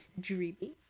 dreamy